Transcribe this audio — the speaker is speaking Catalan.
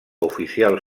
oficials